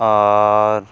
R